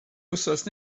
wythnos